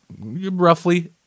roughly